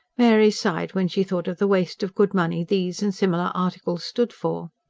mary sighed, when she thought of the waste of good money these and similar articles stood for.